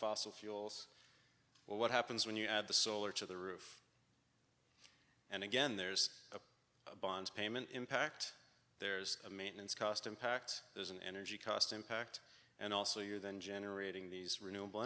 fossil fuels or what happens when you add the solar to the roof and again there's a bond payment impact there's a maintenance cost impact there's an energy cost impact and also you then generating these renewable